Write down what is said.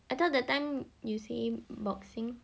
I thought that time you say boxing